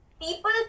people